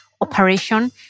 operation